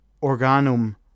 organum